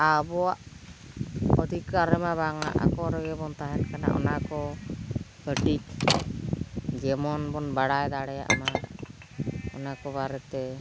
ᱟᱵᱚᱣᱟᱜ ᱚᱫᱷᱤᱠᱟᱨ ᱨᱮᱢᱟ ᱵᱟᱝᱟ ᱟᱠᱚ ᱨᱮᱜᱮ ᱵᱚᱱ ᱛᱟᱦᱮᱱ ᱠᱟᱱᱟ ᱚᱱᱟ ᱠᱚ ᱠᱟᱹᱴᱤᱡ ᱡᱮᱢᱚᱱ ᱵᱚᱱ ᱵᱟᱲᱟᱭ ᱫᱟᱲᱮᱭᱟᱜ ᱢᱟ ᱚᱱᱟ ᱠᱚ ᱵᱟᱨᱮᱛᱮ